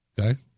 Okay